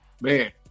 Man